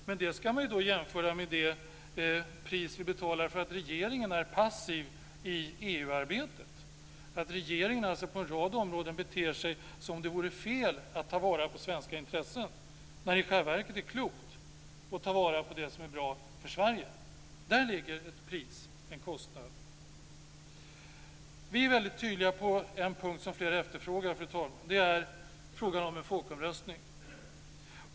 Men det ska då jämföras med det pris som vi betalar för att regeringen är passiv i EU arbetet. Regeringen beter sig på en rad områden som om det vore fel att ta vara på svenska intressen, när det i själva verket är klokt att ta vara på det som är bra för Sverige. Däri ligger ett pris, en kostnad. Vi är väldigt tydliga på en punkt som flera efterfrågar, fru talman. Det är frågan om en folkomröstning.